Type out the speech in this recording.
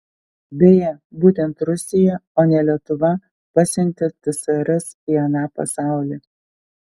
beje būtent rusija o ne lietuva pasiuntė tsrs į aną pasaulį